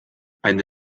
eine